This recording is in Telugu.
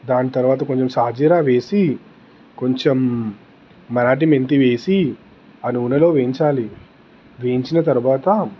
దాని తరువాత కొంచెం షాజీరా వేసి కొంచెం మరాఠీ మెంతి వేసి ఆ నూనెలో వేయించాలి వేయించిన తరువాత